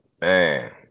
man